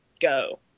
go